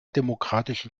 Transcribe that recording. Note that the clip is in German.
demokratischen